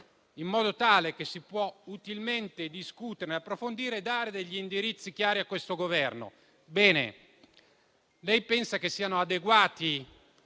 in modo tale che si possa utilmente discutere, approfondire e dare degli indirizzi chiari a questo Governo.